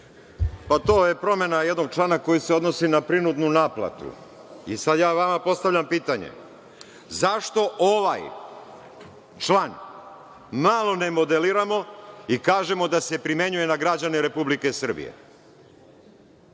To je promena jednog člana koji se odnosi na prinudnu naplatu. Sada ja vama postavljam pitanje – zašto ovaj član malo ne modeliramo i kažemo da se primenjuje na građane Republike Srbije?